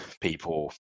people